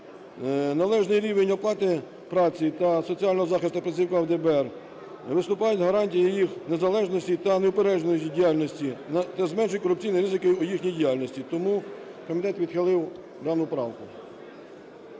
Належний рівень оплати праці та соціального захисту працівникам ДБР виступають гарантією їх незалежності та неупередженості діяльності, для зменшення корупційних ризиків у їхній діяльності. Тому комітет відхилив дану правку.